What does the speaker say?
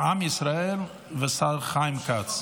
עם ישראל והשר חיים כץ.